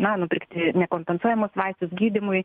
na nupirkti nekompensuojamus vaistus gydymui